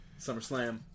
SummerSlam